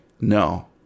No